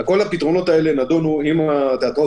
כל הפתרונות האלה נדונו עם התיאטרון,